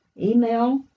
email